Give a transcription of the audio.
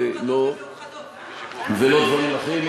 דברים אחרים.